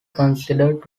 considered